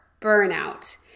burnout